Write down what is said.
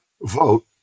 vote